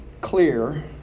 clear